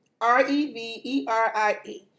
R-E-V-E-R-I-E